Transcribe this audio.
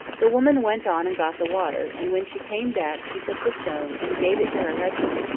the woman went on and got the water, and when she came back she took the stone and gave it to her husband,